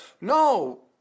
no